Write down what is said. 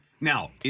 Now